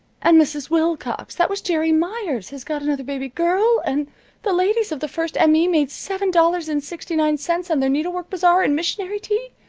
and mrs. wilcox, that was jeri meyers, has got another baby girl, and the ladies of the first m. e. made seven dollars and sixty-nine cents on their needle-work bazaar and missionary tea.